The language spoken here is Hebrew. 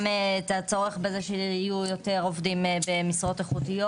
גם את הצורך שיהיו יותר עובדים במשרות איכותיות